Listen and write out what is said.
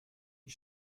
die